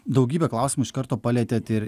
daugybė klausimų iš karto palietėt ir